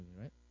right